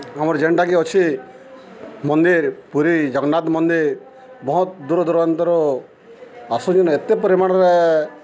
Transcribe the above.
ଆମର୍ ଯେନ୍ଟାକି ଅଛେ ମନ୍ଦିର୍ ପୁରୀ ଜଗନ୍ନାଥ୍ ମନ୍ଦିର୍ ବହୁତ୍ ଦୂରଦୂରାନ୍ତରୁ ଆସୁଚନ୍ ଏତେ ପରିମାଣ୍ରେ